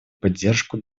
поддержку